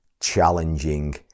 challenging